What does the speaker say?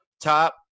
top